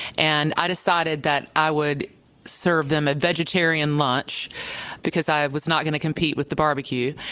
and i decided that i would serve them a vegetarian lunch because i was not going to compete with the barbecue.